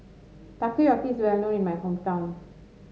takoyaki is well known in my hometown